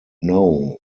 know